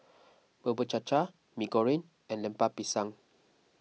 Bubur Cha Cha Mee Goreng and Lemper Pisang